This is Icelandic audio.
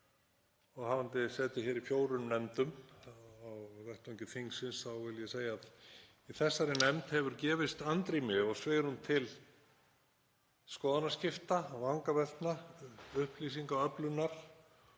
og hafandi setið í fjórum nefndum á vettvangi þingsins vil ég segja að í þessari nefnd hefur gefist andrými og svigrúm til skoðanaskipta, vangaveltna, upplýsingaöflunar